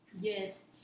Yes